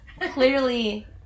Clearly